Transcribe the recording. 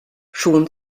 schon